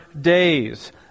days